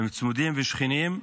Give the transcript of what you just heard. הם צמודים ושכנים.